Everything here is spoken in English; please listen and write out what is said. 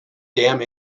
damn